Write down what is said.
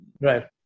Right